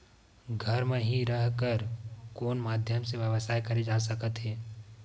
घर म हि रह कर कोन माध्यम से व्यवसाय करे जा सकत हे?